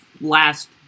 last